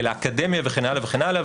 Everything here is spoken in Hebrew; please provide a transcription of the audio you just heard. לאקדמיה וכן הלאה וכן הלאה,